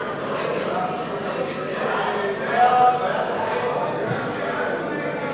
הצעת חוק לעידוד השקעות הון (תיקון מס' 70),